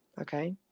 Okay